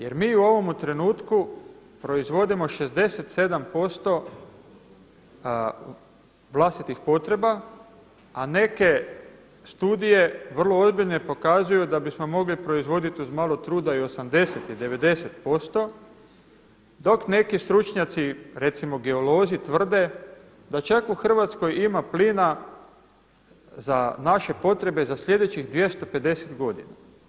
Jer mi u ovome trenutku proizvodimo 67% vlastitih potreba a neke studije vrlo ozbiljne pokazuju da bismo mogli proizvoditi uz malo truda i 80 i 90% dok neki stručnjaci recimo geolozi tvrde da čak u Hrvatskoj ima plina za naše potrebe za sljedećih 250 godina.